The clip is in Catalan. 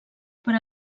per